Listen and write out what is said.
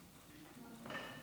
נמנעים.